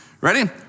Ready